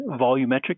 volumetric